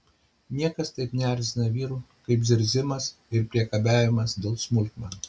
niekas taip neerzina vyrų kaip zirzimas ir priekabiavimas dėl smulkmenų